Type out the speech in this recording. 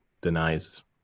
denies